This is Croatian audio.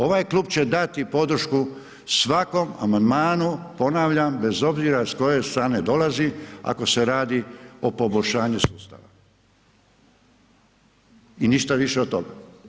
Ovaj klub će dati podršku svakom amandmanu, ponavljam, bez obzira s koje strane dolazi ako se radi o poboljšanju sustava i ništa više od toga.